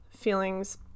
feelings